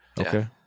okay